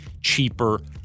cheaper